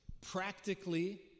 Practically